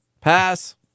Pass